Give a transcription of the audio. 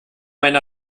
meine